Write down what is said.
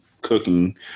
cooking